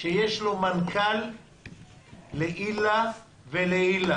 שיש לביטוח הלאומי מנכ"ל לעילא ולעילא.